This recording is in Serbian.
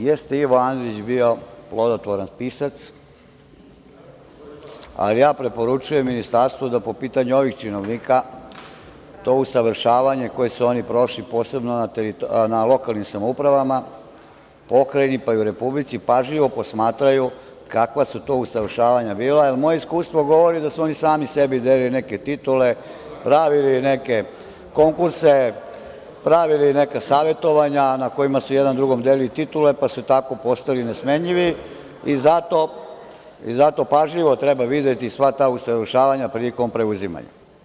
Jeste Ivo Andrić bio plodotvoran pisac, ali ja preporučujem Ministarstvu da po pitanju ovih činovnika to usavršavanje koje su oni prošli, posebno na lokalnim samoupravama, pokrajini, pa i Republici, pažljivo posmatraju kakva su to usavršavanja bila, jer moje iskustvo govori da su oni sami sebi delili neke titule, pravili neke konkurse, pravili neka savetovanja na kojima su jedan drugome delili titule, pa su tako postali nesmenjivi i zato pažljivo treba videti sva ta usavršavanja prilikom preuzimanja.